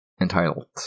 entitled